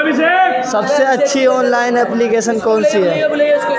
सबसे अच्छी online application कौन सी है?